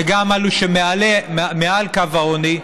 וגם אלו שמעל קו העוני,